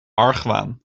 argwaan